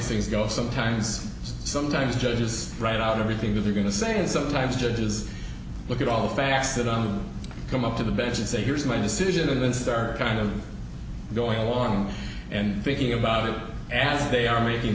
things go sometimes sometimes judges write out everything that they're going to say and sometimes judges look at all facts that are come up to the bench and say here's my decision and then start kind of going along and thinking about it and they are making